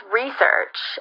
research